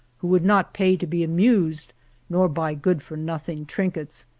who would not pay to be amused nor buy good-for-nothing trinkets.